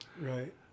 Right